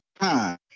Time